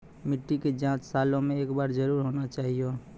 मिट्टी के जाँच सालों मे एक बार जरूर होना चाहियो?